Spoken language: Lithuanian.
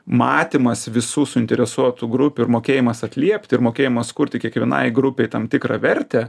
matymas visų suinteresuotų grupių ir mokėjimas atliept ir mokėjimas kurti kiekvienai grupei tam tikrą vertę